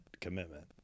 commitment